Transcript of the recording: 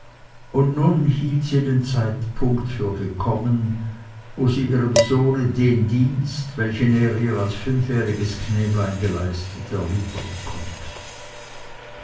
und nun hielt sie den zeitpunkt für gekommen wo sie ihrem sohne den dienst welchen er ihr als fünfjähriges knäblein geleistet erwidern konnte